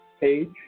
page